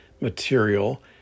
material